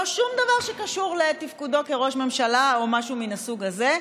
לא שום דבר שקשור לתפקודו כראש ממשלה או משהו מן הסוג הזה.